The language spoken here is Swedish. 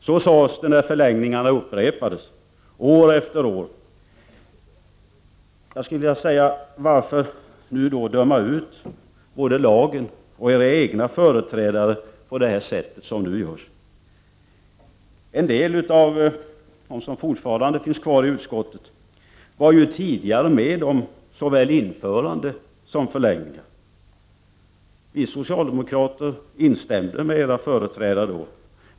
Så sades det också när förlängningarna upprepades — år efter år. Varför då döma ut både lag och era egna företrädare på det sätt ni nu gör? Några av er var ju tidigare med om såväl införande som förlängningar. Vi socialdemokrater instämde med era företrädare då.